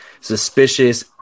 suspicious